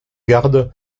garde